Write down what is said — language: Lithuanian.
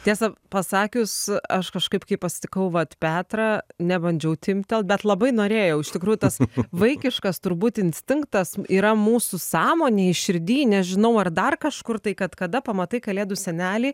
tiesą pasakius aš kažkaip kai pasitikau vat petrą nebandžiau timptelt bet labai norėjau iš tikrųjų tas vaikiškas turbūt instinktas yra mūsų sąmonėj širdy nežinau ar dar kažkur tai kad kada pamatai kalėdų senelį